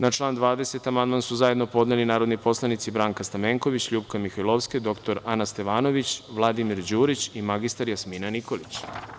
Na član 20. amandman su zajedno podneli narodni poslanici Branka Stamenković, LJupka Mihajlovska, dr Ana Stevanović, Vladimir Đurić i mr Jasmina Nikolić.